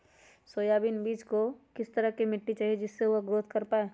Soybean बीज को किस तरह का मिट्टी चाहिए जिससे वह ग्रोथ कर पाए?